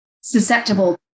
susceptible